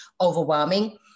overwhelming